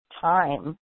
time